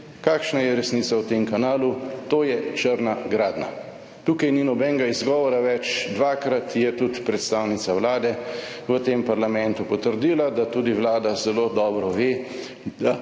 Kakšna je resnica o tem kanalu? To je črna gradnja. Tukaj ni nobenega izgovora več. Dvakrat je tudi predstavnica Vlade v tem parlamentu potrdila, da tudi 69. TRAK: (VP)